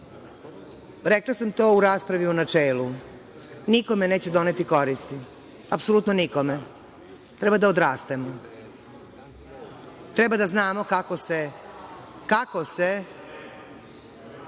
rekla sam to u raspravi u načelu, nikome neće doneti koristi, apsolutno nikome. Treba da odrastemo. Treba da znamo kako se…Da,